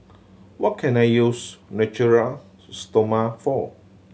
what can I use Natura Stoma for